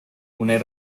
unai